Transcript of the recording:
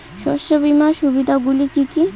শস্য বীমার সুবিধা গুলি কি কি?